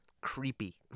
creepy